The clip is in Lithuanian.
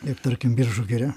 ir tarkim biržų giria